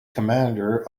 commander